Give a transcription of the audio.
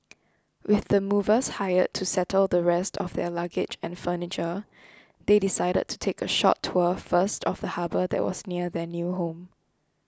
with the movers hired to settle the rest of their luggage and furniture they decided to take a short tour first of the harbour that was near their new home